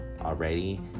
already